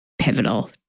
pivotal